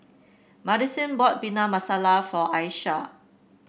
Madisyn bought Bhindi Masala for Ayesha